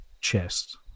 chest